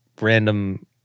random